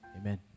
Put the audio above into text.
Amen